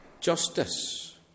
justice